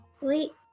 wait